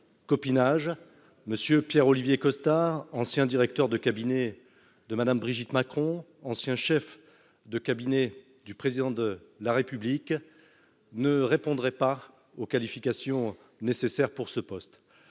copinage monsieur Pierre Olivier Costa, ancien directeur de cabinet de Madame Brigitte Macron, ancien chef de cabinet du président de la République ne répondrait pas aux qualifications nécessaires pour ce poste,